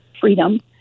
freedom